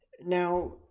now